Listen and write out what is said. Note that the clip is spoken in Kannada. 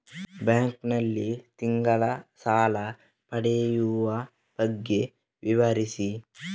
ಬ್ಯಾಂಕ್ ನಲ್ಲಿ ತಿಂಗಳ ಸಾಲ ಪಡೆಯುವ ಬಗ್ಗೆ ವಿವರಿಸಿ?